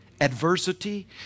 adversity